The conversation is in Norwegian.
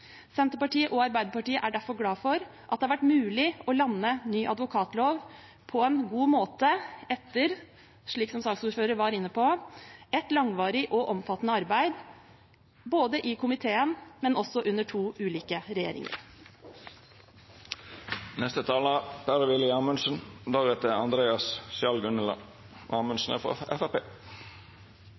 Senterpartiet og Arbeiderpartiet er derfor glad for at det har vært mulig å lande ny advokatlov på en god måte etter – slik saksordføreren var inne på – et langvarig og omfattende arbeid, både i komiteen og under to ulike regjeringer. I dag vedtar Stortinget en ny advokatlov. Det har vært etterlyst og ytret behov for fra